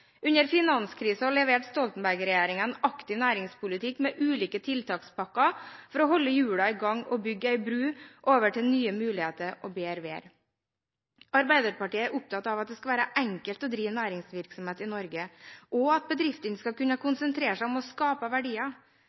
Under finanskrisen leverte Stoltenberg-regjeringen en aktiv næringspolitikk med ulike tiltakspakker for å holde hjulene i gang og bygge en bro over til nye muligheter og bedre vær. Arbeiderpartiet er opptatt av at det skal være enkelt å drive næringsvirksomhet i Norge, og at bedriftene skal kunne konsentrere seg om å skape verdier.